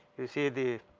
you see the